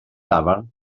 dafarn